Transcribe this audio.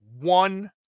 one